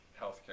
healthcare